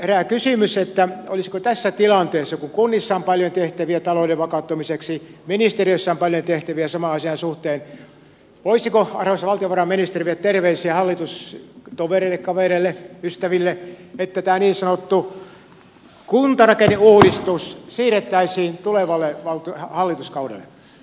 herää kysymys voisiko tässä tilanteessa kun kunnissa on paljon tehtäviä talouden vakauttamiseksi ja ministeriössä on paljon tehtäviä saman asian suhteen arvoisa valtiovarainministeri viedä terveisiä hallitustovereille kavereille ystäville että tämä niin sanottu kuntarakenneuudistus siirrettäisiin tulevalle hallituskaudelle